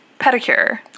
pedicure